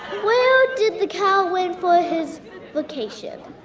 where did the cow went for his vacation?